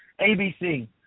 ABC